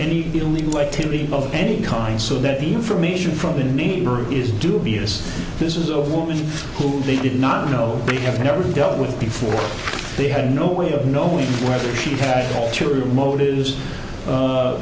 any illegal activity of any kind so that the information from the name is dubious this is of woman who they did not know we have never dealt with before they had no way of knowing whether she had true motives